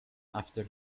after